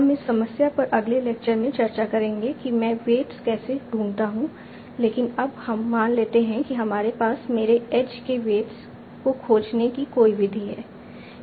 हम इस समस्या पर अगले लेक्चर में चर्चा करेंगे कि मैं वेट्स कैसे ढूँढता हूँ लेकिन अब हम मान लेते हैं कि हमारे पास मेरे एजेज के वेट्स को खोजने की कोई विधि है